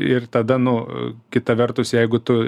ir tada nu kita vertus jeigu tu